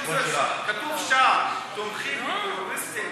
מכל האיזונים והבלמים בעולם יש בלם אחד מרכזי.